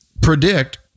predict